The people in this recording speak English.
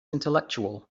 intellectual